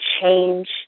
change